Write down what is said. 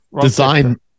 Design